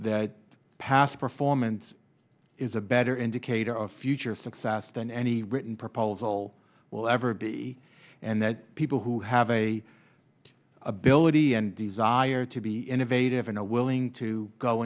that past performance is a better indicator of future success than any written proposal will ever be and then people who have a ability and desire to be innovative in a willing to go